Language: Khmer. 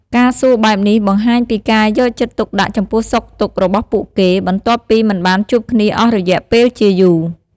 ការសួរបែបនេះ បង្ហាញពីការយកចិត្តទុកដាក់ចំពោះសុខទុក្ខរបស់ពួកគេ បន្ទាប់ពីមិនបានជួបគ្នាអស់រយៈពេលជាយូរ។